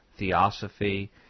Theosophy